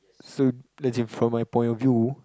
so that's in from my point of view